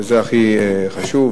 וזה הכי חשוב.